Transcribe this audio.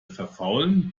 verfaulen